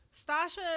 Stasha